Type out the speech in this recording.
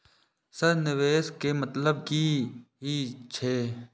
Sir निवेश के मतलब की हे छे?